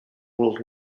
world